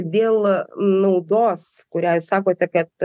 dėl naudos kurią jūs sakote kad